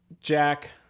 Jack